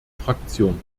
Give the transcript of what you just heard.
fraktion